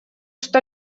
что